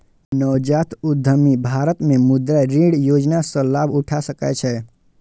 नवजात उद्यमी भारत मे मुद्रा ऋण योजना सं लाभ उठा सकै छै